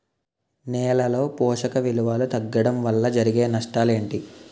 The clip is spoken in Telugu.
నేలలో పోషక విలువలు తగ్గడం వల్ల జరిగే నష్టాలేంటి?